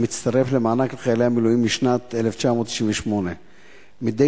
המצטרף למענק לחיילי המילואים משנת 1998. מדי